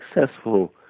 successful